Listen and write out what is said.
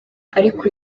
ariko